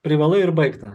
privalai ir baigta